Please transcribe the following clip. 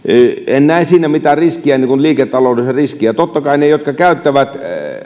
en näe siinä mitään riskiä liiketaloudellista riskiä totta kai ne jotka käyttävät